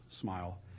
smile